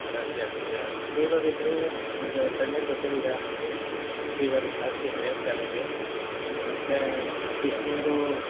allergy ಆಗ್ತಿದೆಯಾ fever ಇದ್ದರೆ ಈಗ ತಣ್ಣೀರು ಬಟ್ಟೆಲಿ ಇದ್ಹಾಕ್ಬೇಡಿ ಫೀವರ್ ಜಾಸ್ತಿ ಇದ್ದರೆ ತಲೆಗೆ ಮತ್ತೆ ಬಿಸಿನೀರು